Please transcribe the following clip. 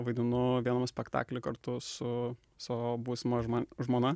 vaidinu viename spektakly kartu su savo būsima žmo žmona